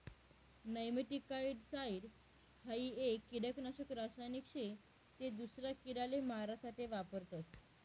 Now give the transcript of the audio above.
nematicide हाई एक किडानाशक रासायनिक शे ते दूसरा किडाले मारा साठे वापरतस